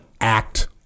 act